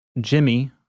Jimmy